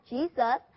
Jesus